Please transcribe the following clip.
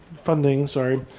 funding sorry,